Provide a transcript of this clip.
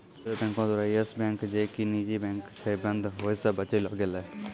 reserve बैंको द्वारा Yes Bank जे कि निजी बैंक छै, बंद होय से बचैलो गेलै